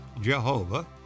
Jehovah